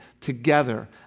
together